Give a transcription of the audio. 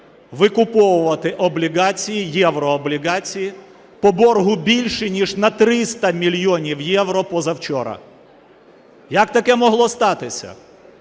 викуповувати облігації, єврооблігації по боргу більше ніж на 300 мільйонів євро позавчора. Як таке могло статися?